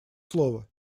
слово